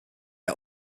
are